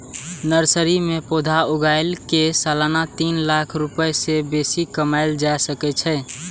nursery मे पौधा उगाय कें सालाना तीन लाख रुपैया सं बेसी कमाएल जा सकै छै